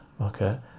okay